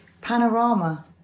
Panorama